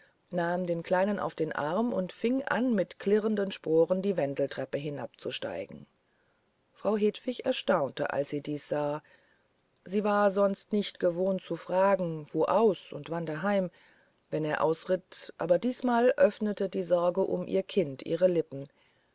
nahm den kleinen auf den arm und fing an mit klirrenden sporen die wendeltreppe hinabzusteigen frau hedwig erstaunte als sie dies sah sie war sonst gewohnt nicht zu fragen wo aus und wann heim wenn er ausritt aber diesmal öffnete die sorge um ihr kind ihre lippen